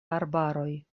arbaroj